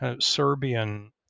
Serbian